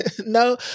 No